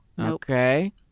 Okay